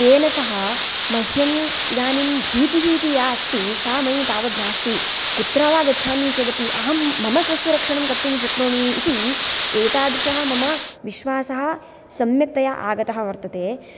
तेन सह मह्यम् इदानीं भीतिः इति या अस्ति सा मयी तावत् नास्ति कुत्र वा गच्छामि चेदपि अहं मम स्वस्य रक्षणं कर्तुं शक्नोमि इति एतादृशः मम विश्वासः सम्यक्तया आगतः वर्तते